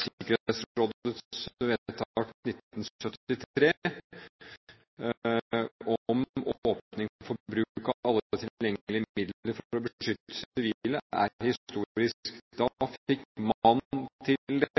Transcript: Sikkerhetsrådets vedtak i resolusjon 1973 om åpning for bruk av alle tilgjengelige midler for å beskytte sivile er historisk. Da fikk «man» til